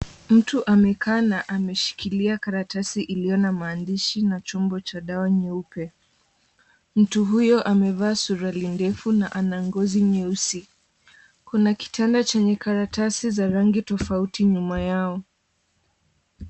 Mtu amekaa na ameshikilia karatasi iliyo na maandishi na chombo cha dawa nyeupe, mtu huyo amevaa suruali ndefu na ana ngozi nyeusi kuna kitanda chenye karatasi za rangi tofauti nyuma yao.